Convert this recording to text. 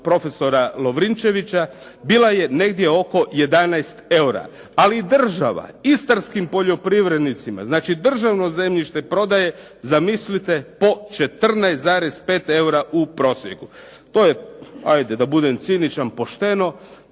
profesora Lovrinčevića bila je negdje oko 11 eura. Ali država istarskim poljoprivrednicima, znači državno zemljište prodaje zamislite po 14,5 eura u prosjeku. To je, ajde da budem ciničan pošteno,